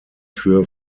für